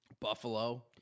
Buffalo